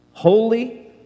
Holy